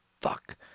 fuck